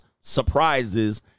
surprises